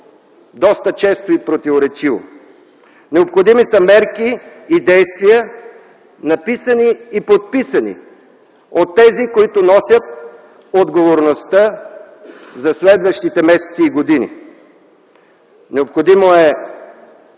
доста често и противоречиво. Необходими са мерки и действия, написани и подписани от тези, които носят отговорността за следващите месеци и години. Необходимо е,